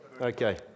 Okay